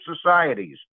societies